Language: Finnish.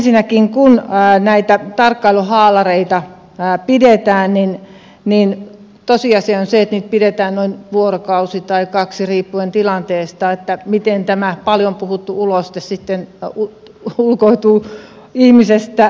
ensinnäkin kun näitä tarkkailuhaalareita pidetään niin tosiasia on se että niitä pidetään noin vuorokausi tai kaksi riippuen tilanteesta miten tämä paljon puhuttu uloste sitten ulkoutuu ihmisestä